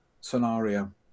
scenario